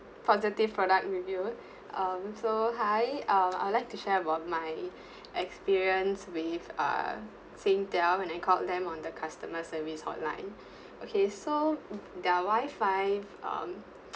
positive product review um so hi uh I'd like to share about my experience with uh Singtel when I called them on the customer service hotline okay so they're wifi um